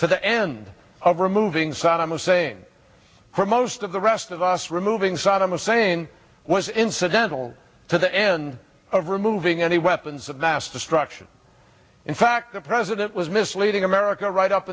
to the end of removing saddam hussein for most of the rest of us removing saddam hussein was incidental to the end of removing any weapons of mass destruction in fact the president was misleading america right up